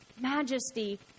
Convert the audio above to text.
majesty